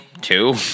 two